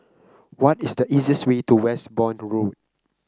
what is the easiest way to Westbourne Road